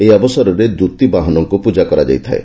ଏହି ଅବସରରେ ଦୂତୀବାହନଙ୍କୁ ପୂଜା କରାଯାଇଥାଏ